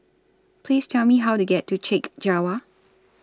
Please Tell Me How to get to Chek Jawa